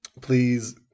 Please